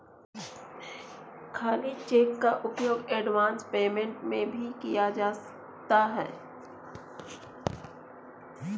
खाली चेक का उपयोग एडवांस पेमेंट में भी किया जाता है